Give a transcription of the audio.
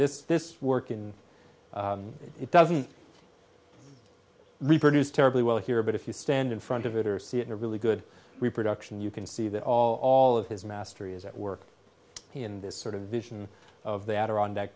this this work in it doesn't reproduce terribly well here but if you stand in front of it or see a really good reproduction you can see that all of his mastery is at work in this sort of vision of the adirondack